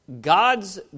God's